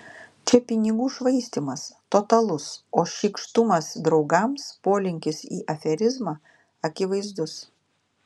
čia pinigų švaistymas totalus o šykštumas draugams polinkis į aferizmą akivaizdus